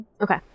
Okay